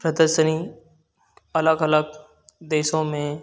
प्रदर्शनी अलग अलग देशों में